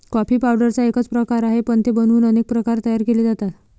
coffee पावडरचा एकच प्रकार आहे, पण ते बनवून अनेक नवीन प्रकार तयार केले जातात